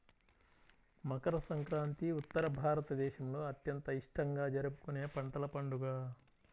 మకర సంక్రాంతి ఉత్తర భారతదేశంలో అత్యంత ఇష్టంగా జరుపుకునే పంటల పండుగ